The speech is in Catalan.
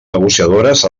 negociadores